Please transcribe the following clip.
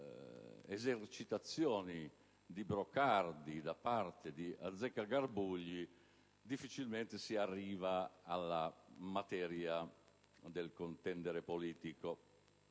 esercitazioni di brocardi da parte di Azzeccagarbugli, difficilmente si arriva alla materia del contendere politico.